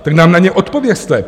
Tak nám na ně odpovězte.